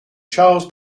charles